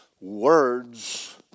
words